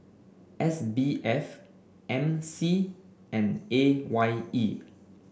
S B F M C and A Y E